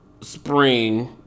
spring